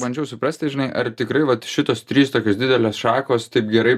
bandžiau suprasti žinai ar tikrai vat šitos trys tokios didelės šakos taip gerai